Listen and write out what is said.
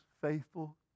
faithful